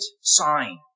sign